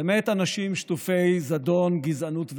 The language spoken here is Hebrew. למעט באנשים שטופי זדון, גזענות ורוע,